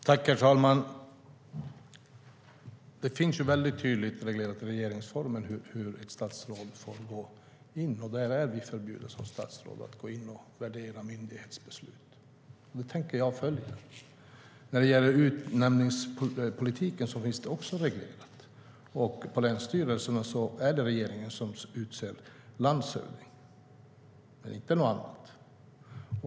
Herr talman! Det finns tydligt reglerat i regeringsformen hur ett statsråd får gå in. Där är vi förbjudna som statsråd att gå in och värdera myndighetsbeslut, och det tänker jag följa. Också utnämningspolitiken är reglerad. På länsstyrelserna är det regeringen som utser landshövding, men inte något annat.